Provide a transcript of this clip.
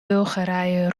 bulgarije